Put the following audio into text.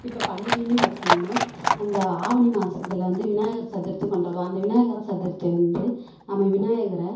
இப்போ பண்டிகைன்னு பார்த்தீங்கன்னா அந்த ஆவணி மாசத்தில் வந்து விநாயகர் சதுர்த்தி கொண்டாடுவோம் அந்த விநாயகர் சதுர்த்தியை வந்து நம்ம விநாயகரை